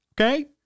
okay